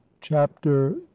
Chapter